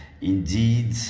Indeed